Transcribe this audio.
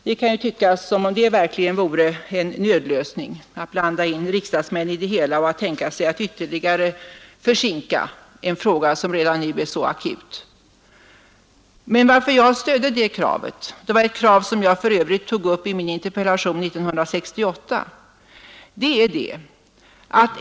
Det kan ju tyckas som om det verkligen vore en nödlösning att blanda in riksdagsmän i det hela och tänka sig att ytterligare försinka en fråga som redan nu är så akut. Men orsaken till att jag stödde det kravet — som jag för övrigt tog upp i min interpellation 1968 — är följande.